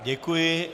Děkuji.